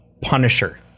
Punisher